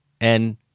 and-